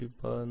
114